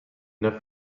enough